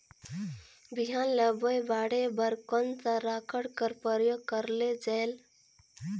बिहान ल बोये बाढे बर कोन सा राखड कर प्रयोग करले जायेल?